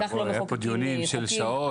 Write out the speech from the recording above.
בואי, היו פה דיונים של שעות